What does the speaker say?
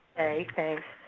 okay, thanks.